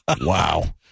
Wow